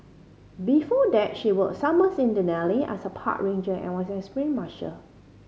before that she worked summers in Denali as a park ranger and was an experienced musher